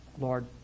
Lord